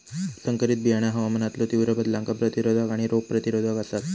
संकरित बियाणा हवामानातलो तीव्र बदलांका प्रतिरोधक आणि रोग प्रतिरोधक आसात